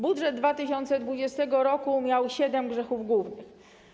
Budżet 2020 r. miał siedem grzechów głównych.